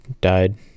died